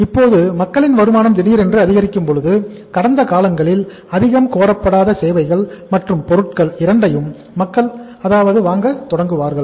இப்போது மக்களின் வருமானம் திடீரென்று அதிகரிக்கும் பொழுது கடந்த காலங்களில் அதிகம் கோரப்படாத சேவைகள் மற்றும் பொருட்கள் இரண்டையும் மக்கள் கேட்க அதாவது வாங்க தொடங்குவார்கள்